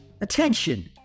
Attention